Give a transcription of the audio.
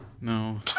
no